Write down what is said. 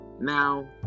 Now